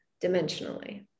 dimensionally